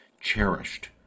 cherished